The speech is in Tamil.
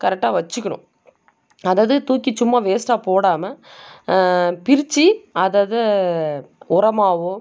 கரெட்டாக வச்சுக்கணும் அதாவது தூக்கி சும்மா வேஸ்ட்டாக போடாமல் பிரிச்சு அதை அதை ஒரமாகவோ